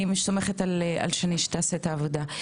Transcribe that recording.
אני סומכת עליה שתעשה את העבודה.